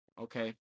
Okay